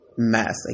mess